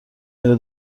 میره